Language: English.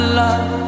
love